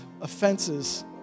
offenses